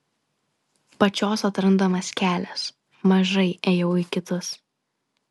pačios atrandamas kelias mažai ėjau į kitus